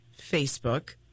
Facebook